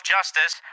Justice